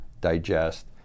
digest